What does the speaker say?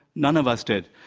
none of us did.